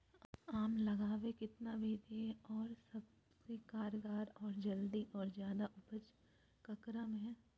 आम लगावे कितना विधि है, और सबसे कारगर और जल्दी और ज्यादा उपज ककरा में है?